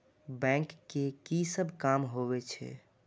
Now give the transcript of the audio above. Bank के की सब काम होवे छे?